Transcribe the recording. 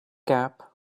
gap